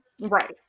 Right